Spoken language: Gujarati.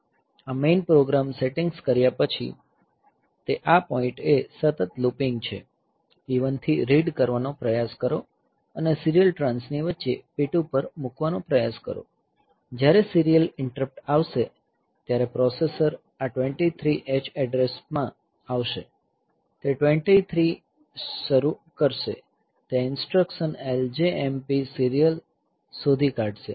આ મેઈન પ્રોગ્રામ સેટિંગ્સ કર્યા પછી તે આ પોઈન્ટએ સતત લૂપિંગ છે P1 થી રીડ કરવાનો પ્રયાસ કરો અને સીરીયલ ટ્રાન્સની વચ્ચે P2 પર મૂકવાનો પ્રયાસ કરો જ્યારે સીરીયલ ઈંટરપ્ટ આવશે ત્યારે પ્રોસેસર આ 23 H એડ્રેસ માં પર આવશે તે 23 H શરૂ કરશે તે આ ઈન્સ્ટ્રકશન LJMP સીરીયલ શોધી કાઢશે